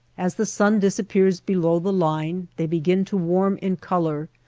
as the sun disappears below the line they begin to warm in color,